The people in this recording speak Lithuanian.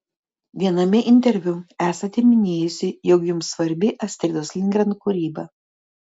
viename interviu esate minėjusi jog jums svarbi astridos lindgren kūryba